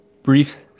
Brief